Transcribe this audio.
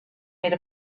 made